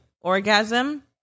orgasm